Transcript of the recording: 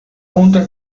junta